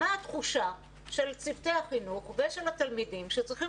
מה התחושה של צוותי החינוך ושל התלמידים שצריכים